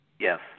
Yes